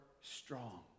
strong